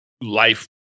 life